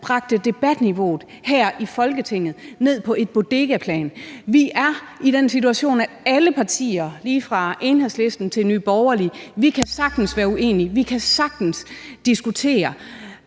dermed bragte debatniveauet her i Folketinget ned på et bodegaplan. Vi er i den situation, at alle partier lige fra Enhedslisten til Nye Borgerlige sagtens kan være uenige, vi kan sagtens diskutere,